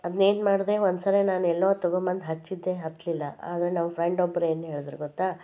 ಅದನ್ನೇನು ಮಾಡಿದೆ ಒಂದು ಸರಿ ನಾನೆಲ್ಲೋ ತೊಗೊಬಂದು ಹಚ್ಚಿದ್ದೆ ಹತ್ತಲಿಲ್ಲ ಆಗ ನಮ್ಮ ಫ್ರೆಂಡ್ ಒಬ್ಬರು ಏನೇಳಿದ್ರು ಗೊತ್ತಾ